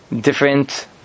different